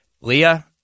Leah